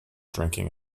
drinking